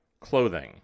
clothing